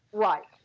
right.